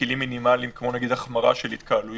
בכלים מינימליים כמו נגיד החמרה של התקהלויות